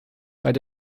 but